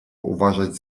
uważać